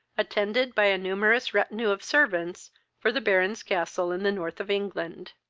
attended by a numerous retinue of servants, for the baron's castle in the north of england.